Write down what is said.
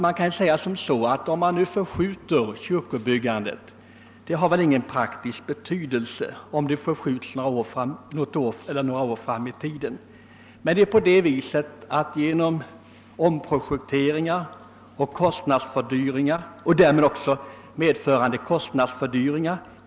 Man kan väl säga att det inte har någon praktisk betydelse om kyrkobyggandet förskjuts något eller några år framåt i tiden, men i så fall blir det nödvändigt med omprojekteringar, som medför kostnadshöjningar.